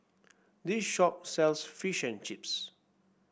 this shop sells Fish and Chips